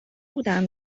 بودم